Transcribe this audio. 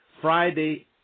Friday